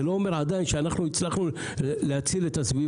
זה עדיין לא אומר שהצלחנו כך להציל את הסביבה,